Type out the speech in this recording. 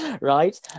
right